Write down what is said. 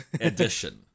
edition